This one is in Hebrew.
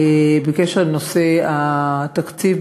בקשר לנושא התקציב,